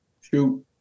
shoot